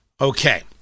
Okay